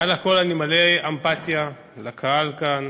מעל לכול אני מלא אמפתיה לקהל כאן